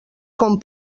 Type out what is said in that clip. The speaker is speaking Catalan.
com